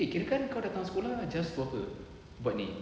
eh kira kan kau datang sekolah just for her buat ni